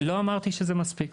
לא אמרתי שזה מספיק,